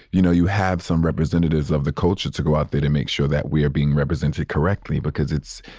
you know, you have some representatives of the culture to go out there to make sure that we are being represented correctly, because it's,